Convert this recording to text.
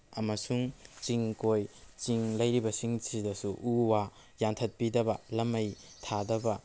ꯑꯃꯁꯨꯡ ꯆꯤꯡ ꯀꯣꯏ ꯆꯤꯡ ꯂꯩꯔꯤꯕꯁꯤꯡ ꯁꯤꯗꯁꯨ ꯎ ꯋꯥ ꯌꯥꯟꯊꯠꯄꯤꯗꯕ ꯂꯥꯝꯃꯩ ꯊꯥꯗꯕ